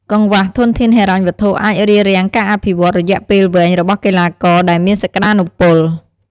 កង្វះធនធានហិរញ្ញវត្ថុអាចរារាំងការអភិវឌ្ឍន៍រយៈពេលវែងរបស់កីឡាករដែលមានសក្តានុពល។